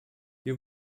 hier